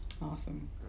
Awesome